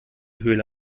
höhle